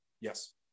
Yes